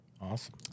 Awesome